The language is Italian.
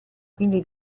quindi